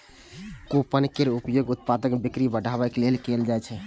coupon केर उपयोग उत्पादक बिक्री बढ़ाबै लेल कैल जाइ छै